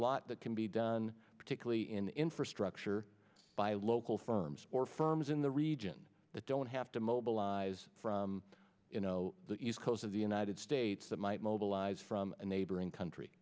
lot that can be done particularly in infrastructure by local firms or firms in the region that don't have to mobilize from you know the east coast of the united states that might mobilize from a neighboring country